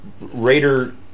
Raider